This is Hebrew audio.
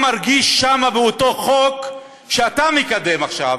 אתה מרגיש שם, באותו חוק שאתה מקדם עכשיו,